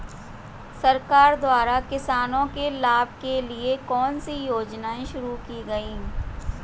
सरकार द्वारा किसानों के लाभ के लिए कौन सी योजनाएँ शुरू की गईं?